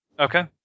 Okay